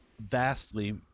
vastly